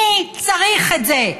מי צריך את זה?